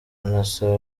anasaba